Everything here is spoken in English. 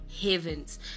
Heavens